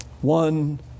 One